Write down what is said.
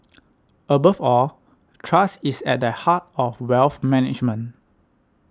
above all trust is at the heart of wealth management